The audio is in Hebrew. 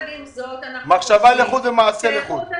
מחשבה לחוד ומעשה לחוד.